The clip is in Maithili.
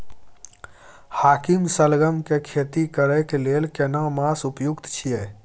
हाकीम सलगम के खेती करय के लेल केना मास उपयुक्त छियै?